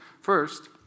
First